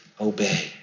obey